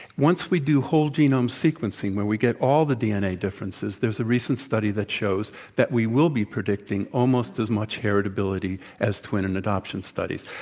once we do whole-genome sequencing where we get all the dna differences, there's a recent study that show that we will be predicting almost as much heritability as twin and adoption studies.